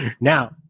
now